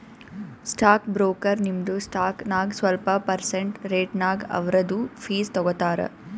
stock broker ನಿಮ್ದು stock ನಾಗ್ ಸ್ವಲ್ಪ ಪರ್ಸೆಂಟ್ ರೇಟ್ನಾಗ್ ಅವ್ರದು ಫೀಸ್ ತಗೋತಾರ